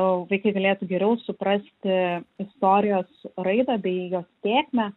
vaikai galėtų geriau suprasti istorijos raidą bei jos tėkmę